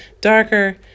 darker